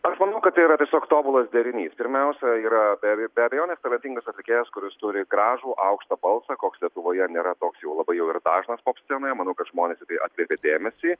aš manau kad tai yra tiesiog tobulas derinys pirmiausia yra beveik be abejonės talentingas atlikėjas kuris turi gražų aukštą balsą koks lietuvoje nėra toks jau labai jau ir dažnas pop scenoje manau kad žmonės į tai atkreipė dėmesį